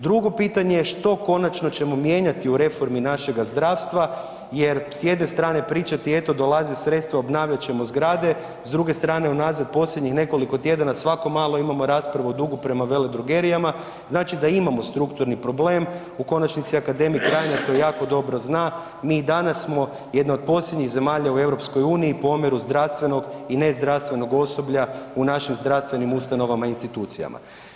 Drugo pitanje, što konačno ćemo mijenjati u reformi našega zdravstva, jer, s jedne strane pričati, eto, dolaze sredstva, obnavljat ćemo zgrade, s druge strane, unazad posljednjih nekoliko tjedana, svako malo imamo raspravu dugu prema veledrogerijama, znači da imamo strukturni problem, u konačnici, akademik Reiner to jako dobro zna, mi danas smo jedna od posljednjih zemalja u EU po omjeru zdravstvenog i nezdravstvenog osoblja u našim zdravstvenim ustanovama i institucijama.